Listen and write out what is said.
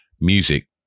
music